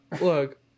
Look